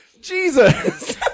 Jesus